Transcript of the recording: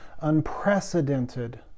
unprecedented